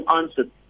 answered